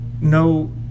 no